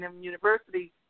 University